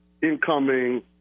incoming